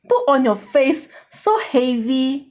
put on your face so heavy